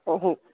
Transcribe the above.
हो हो